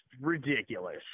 ridiculous